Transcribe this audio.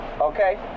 okay